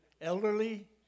elderly